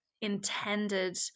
intended